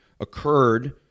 occurred